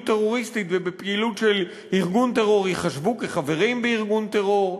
טרוריסטית ובפעילות של ארגון טרור ייחשבו כחברים בארגון טרור.